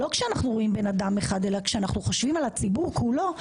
לא כשאנחנו רואים בן אדם אחד אלא כשאנחנו חושבים על הציבור כולו,